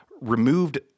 removed